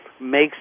makes